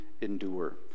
endure